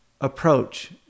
approach